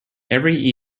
every